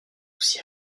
aussi